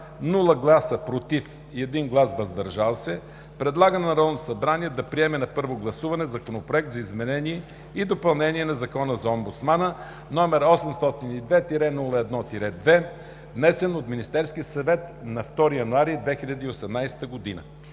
без „против” и 1 глас „въздържал се”, предлага на Народното събрание да приеме на първо гласуване Законопроект за изменение и допълнение на Закона за омбудсмана, № 802-01-2, внесен Министерския съвет на 2 януари 2018 г.“